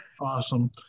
awesome